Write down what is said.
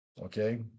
okay